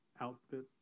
outfit